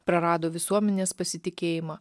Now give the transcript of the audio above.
prarado visuomenės pasitikėjimą